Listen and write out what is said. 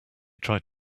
tried